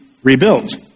Rebuilt